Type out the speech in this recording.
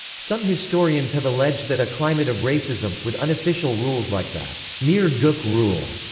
some historians have alleged that a climate of racism, with unofficial rules like the mere gook rule,